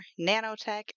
nanotech